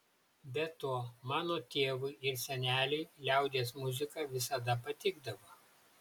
be to mano tėvui ir seneliui liaudies muzika visada patikdavo